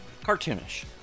Cartoonish